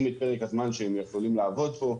את פרק הזמן שהם יכולים לעבוד פה.